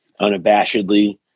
unabashedly